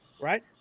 Right